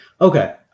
Okay